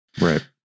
Right